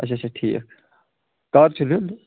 اچھا اچھا ٹھیٖک کر چھِ نیُن